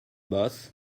boss